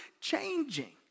changing